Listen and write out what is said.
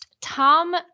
Tom